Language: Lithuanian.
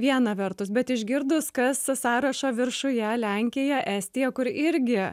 viena vertus bet išgirdus kas sąrašo viršuje lenkija estija kur irgi